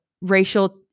racial